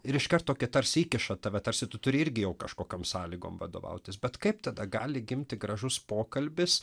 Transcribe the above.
ir iš karto tarsi įkiša tave tarsi tu turi irgi jau kažkokiom sąlygom vadovautis bet kaip tada gali gimti gražus pokalbis